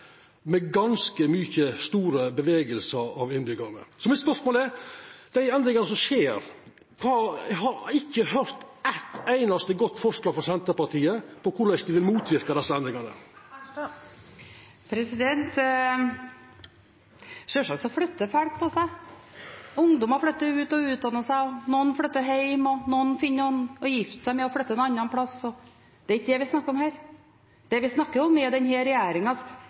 med ganske store bevegelsar blant innbyggjarane. Eg har ikkje høyrt eitt einaste godt forslag frå Senterpartiet til korleis dei vil motverka desse endringane. Sjølsagt flytter folk på seg. Ungdommer flytter ut og utdanner seg, noen flytter hjem, og noen finner noen å gifte seg med og flytter en annen plass. Det er ikke det vi snakker om her. Det vi snakker om,